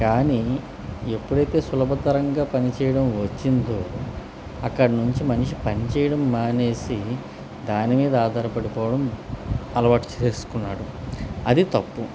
కానీ ఎప్పుడైతే సులభతరంగా పనిచేయడం వచ్చిందో అక్కడి నుంచి మనిషి పనిచేయడం మానేసి దాని మీద ఆధారపడిపోవడం అలవాటు చేసుకున్నాడు అది తప్పు